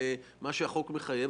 מה שהחוק מחייב,